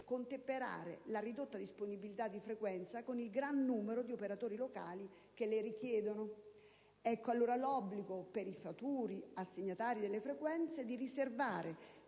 contemperare la ridotta disponibilità di frequenze con il grande numero di operatori locali che le richiedono. Ecco allora l'obbligo per i futuri assegnatari delle frequenze di riservare